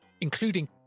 including